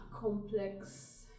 complex